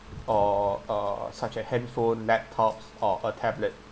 or uh such as handphone laptops or a tablet